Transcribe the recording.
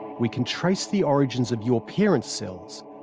we can trace the origins of your parents' cells,